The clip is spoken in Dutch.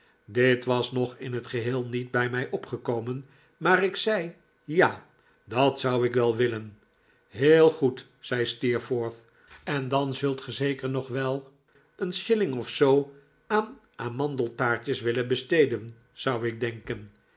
dit was nog in t geheel niet bij mij opgekomen maar ik zei ja dat zou ik wel willen heel goed zei steerforth en dan zult ge zeker nog wel een shilling of zoo aan amandeltaartjes willen besteden zou ik denken